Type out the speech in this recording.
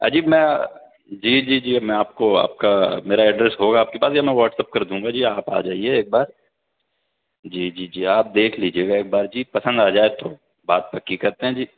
اجی میں جی جی جی میں آپ کو آپ کا میرا ایڈریس ہوگا آپ کے پاس یا میں واٹسپ کر دوں گا جی آپ آ جائیے ایک بار جی جی جی آپ دیکھ لیجیے گا ایک بار جی پسند آ جائے تو بات پکی کرتے ہیں جی